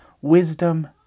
wisdom